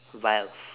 vilf